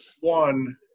One